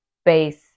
space